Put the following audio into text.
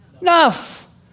enough